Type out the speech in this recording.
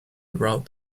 around